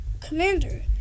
commander